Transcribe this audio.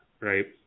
Right